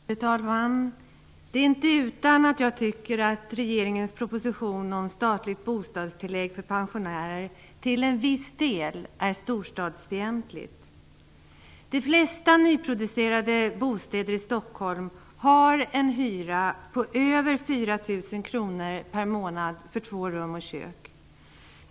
Fru talman! Det är inte utan att jag tycker att regeringens proposition om statligt bostadstillägg för pensionärer till en viss del är storstadsfientligt. De flesta nyproducerade bostäder i Stockholm har en hyra på över 4 000 kr per månad för två rum och kök.